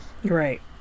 Right